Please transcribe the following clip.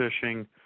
fishing